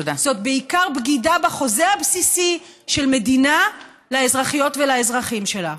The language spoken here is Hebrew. זאת בעיקר בגידה בחוזה הבסיסי של מדינה לאזרחיות ולאזרחים שלה.